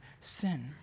sin